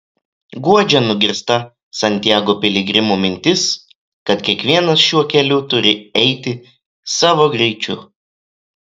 guodžia nugirsta santiago piligrimų mintis kad kiekvienas šiuo keliu turi eiti savo greičiu